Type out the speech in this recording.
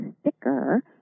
sticker